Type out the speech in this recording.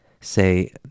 Say